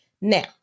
Now